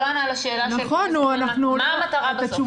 הוא לא ענה על השאלה של פרופ' פרידמן: מה המטרה בסוף?